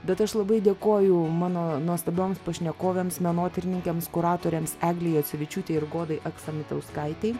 bet aš labai dėkoju mano nuostabioms pašnekovėms menotyrininkėms kuratoriams eglei juocevičiūtei ir godai aksamitauskaitė